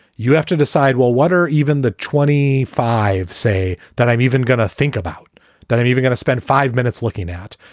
you have to decide, well, what are even the twenty five say that i'm even going to think about that. i'm even going to spend five minutes looking at.